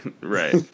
right